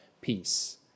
peace